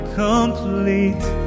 complete